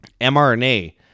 mRNA